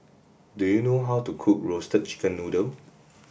do you know how to cook roasted chicken noodle